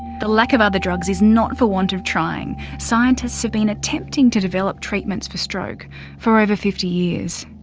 the lack of other drugs is not for want of trying. scientists have been attempting to develop treatments for stroke for over fifty years.